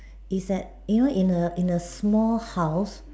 is that you know in a in a small house